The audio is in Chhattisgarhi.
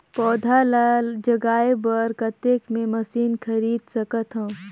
पौधा ल जगाय बर कतेक मे मशीन खरीद सकथव?